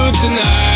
tonight